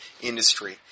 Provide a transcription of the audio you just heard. industry